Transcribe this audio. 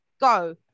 Go